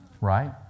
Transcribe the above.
Right